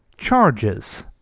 charges